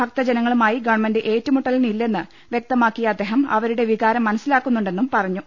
ഭക്തജനങ്ങളുമായി government ഏറ്റുമുട്ടലിനില്ലെന്ന് വൃക്ത മാക്കിയ അദ്ദേഹം അവരുടെ വികാരം മനസ്സിലാക്കുന്നുണ്ടെന്നും പറഞ്ഞു